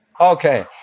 Okay